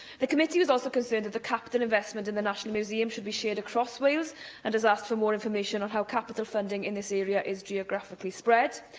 the committee was also concerned that the capital investment in the national museum should be shared across wales and has asked for more information on how capital funding in this area is geographically spread.